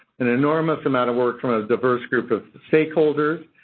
an enormous amount of work from a diverse group of stakeholders.